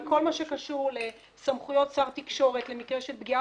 אבל כל מה שקשור לסמכויות שר תקשורת למקרה של פגיעה